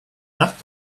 that